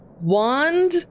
wand